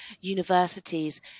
universities